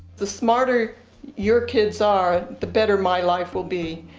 the smarter your kids are, the better my life will be.